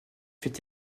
fait